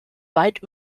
weit